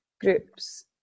groups